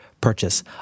purchase